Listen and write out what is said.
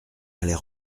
aller